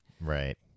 Right